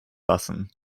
lassen